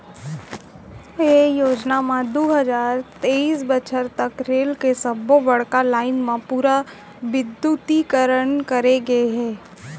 ये योजना म दू हजार तेइस बछर तक रेल के सब्बो बड़का लाईन म पूरा बिद्युतीकरन करे गय हे